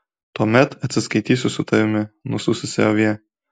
tuomet atsiskaitysiu su tavimi nusususi avie